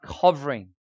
covering